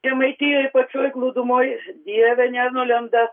žemaitijoj pačioj glūdumoj dieve nenulenda